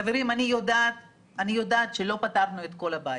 חברים, אני יודעת שלא פתרנו את כל הבעיות,